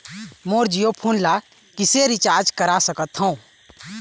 मोर Jio phone ला किसे recharge करा सकत हवं?